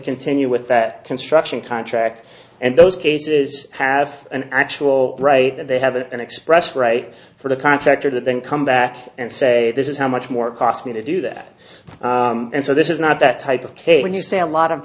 continue with that construction contract and those cases have an actual right that they have and express right for the contractor that then come back and say this is how much more cost me to do that and so this is not that type of case when you say a lot of